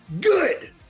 good